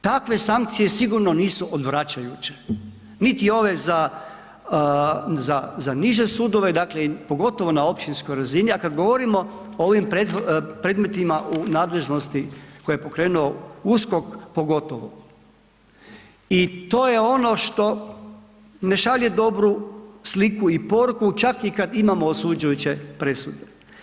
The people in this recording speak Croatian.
Takve sankcije sigurno nisu odvraćajuće, niti ove za, za, za niže sudove, dakle pogotovo na općinskoj razini, a kad govorimo o ovim predmetima u nadležnosti koje je pokrenuo USKOK pogotovo i to je ono što ne šalje dobru sliku i poruku čak i kad imamo osuđujuće presude.